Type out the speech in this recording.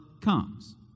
comes